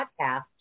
Podcast